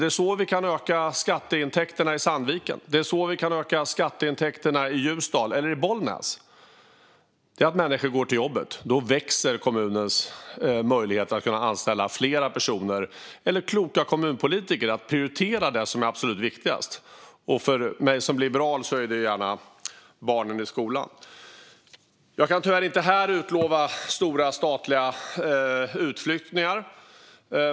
Det är så vi kan öka skatteintäkterna i Sandviken, i Ljusdal och i Bollnäs. När människor går till jobbet växer kommunens möjligheter att anställa fler personer, och kloka politiker kan prioritera det som är absolut viktigast. För mig som liberal får det gärna vara barnen i skolan. Jag kan tyvärr inte här utlova stora statliga utflyttningar.